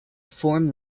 form